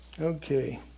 Okay